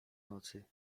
nocy